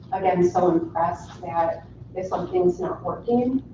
again, so impressed that if something's not working,